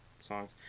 songs